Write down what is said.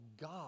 God